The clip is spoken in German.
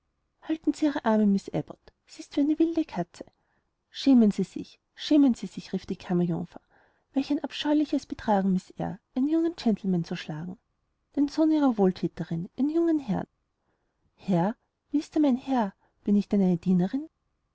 halten sie ihre arme miß abbot sie ist wie eine wilde katze schämen sie sich schämen sie sich rief die kammerjungfer welch ein abscheuliches betragen miß eyre einen jungen gentleman zu schlagen den sohn ihrer wohlthäterin ihren jungen herrn herr wie ist er mein herr bin ich denn eine dienerin